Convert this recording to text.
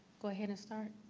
go ahead and start?